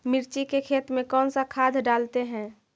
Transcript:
मिर्ची के खेत में कौन सा खाद डालते हैं?